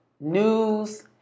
News